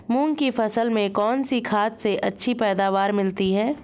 मूंग की फसल में कौनसी खाद से अच्छी पैदावार मिलती है?